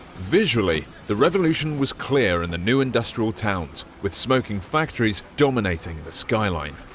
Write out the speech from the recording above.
visually, the revolution was clear in the new industrial towns, with smoking factories dominating the skyline.